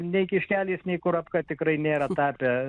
nei kiškelis nei kurapka tikrai nėra tapę